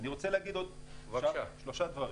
אני רוצה להודות עוד שלושה דברים.